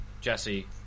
Jesse